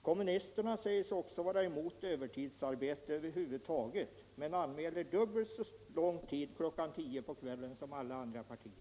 Kommunisterna säger sig vara emot övertidsarbete över huvud taget, men använder här i kammaren dubbelt så lång tid klockan tio på kvällen som alla andra partier.